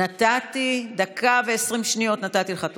נתתי, דקה ו-20 שניות נתתי לך תוספת.